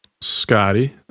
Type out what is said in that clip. Scotty